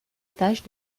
tâche